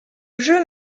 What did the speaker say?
jeu